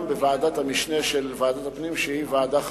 בוועדת המשנה של ועדת הפנים שהיא ועדה חסויה.